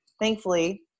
thankfully